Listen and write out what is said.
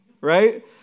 right